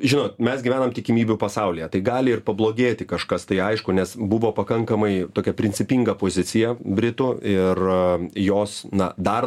žinot mes gyvenam tikimybių pasaulyje tai gali ir pablogėti kažkas tai aišku nes buvo pakankamai tokia principinga pozicija britų ir jos na dar